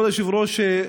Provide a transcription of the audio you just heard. כבוד היושב-ראש,